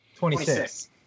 26